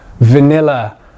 vanilla